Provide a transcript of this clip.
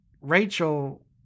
Rachel